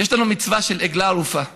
יש לנו מצווה של עגלה ערופה.